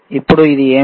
ఇప్పుడు ఇది ఏమిటి